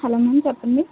hello ma'am చెప్పండి